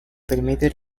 permite